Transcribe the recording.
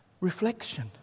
reflection